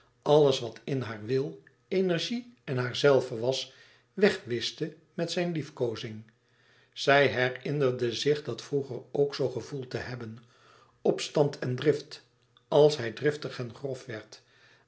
alles wat in haar wil energie en haarzelve was wegwischte met zijn liefkoozing zij herinnerde zich dat vroeger ook zoo gevoeld te hebben opstand en drift als hij driftig en grof werd